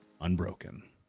unbroken